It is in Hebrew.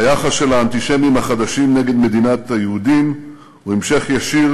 היחס של האנטישמים החדשים נגד מדינת היהודים הוא המשך ישיר